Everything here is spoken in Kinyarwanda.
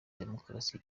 demokarasi